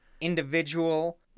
individual